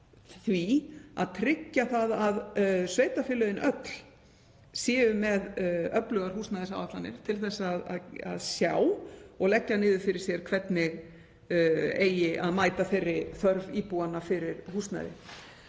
því að tryggja að sveitarfélögin öll séu með öflugar húsnæðisáætlanir til að sjá og leggja niður fyrir sér hvernig eigi að mæta þörf íbúanna fyrir húsnæði.